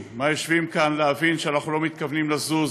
מהיושבים כאן להבין שאנחנו לא מתכוונים לזוז,